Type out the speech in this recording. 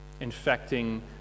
infecting